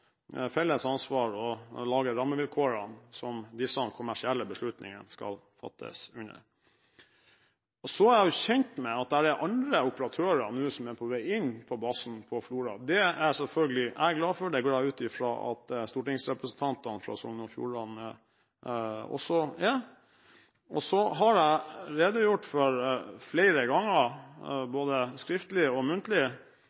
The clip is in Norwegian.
lage rammevilkårene som disse kommersielle beslutningene skal fattes under. Så er jeg kjent med at det er andre operatører som nå er på vei inn på basen i Florø. Det er selvfølgelig jeg glad for, og det går jeg ut fra at stortingsrepresentantene fra Sogn og Fjordane også er. Så har jeg flere ganger redegjort for,